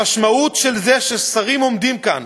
המשמעות של זה ששרים עומדים כאן